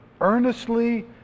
earnestly